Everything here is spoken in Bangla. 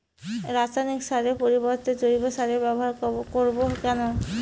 রাসায়নিক সারের পরিবর্তে জৈব সারের ব্যবহার করব কেন?